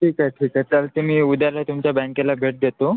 ठीक आहे ठीक आहे चालते मी उद्याला तुमच्या बँकेला भेट देतो